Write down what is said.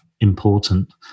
important